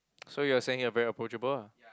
so you are saying you are very approachable ah